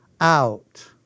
out